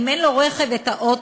ואם אין לו רכב את האוטובוס,